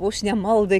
vos ne maldai